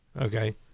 Okay